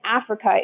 Africa